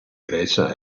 grecia